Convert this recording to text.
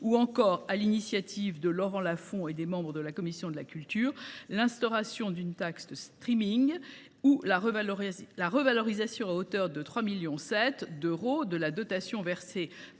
ou encore, sur l’initiative de Laurent Lafon et des membres de la commission de la culture, à l’instauration d’une taxe ou à la revalorisation, à hauteur de 3,7 millions d’euros, de la dotation versée par l’État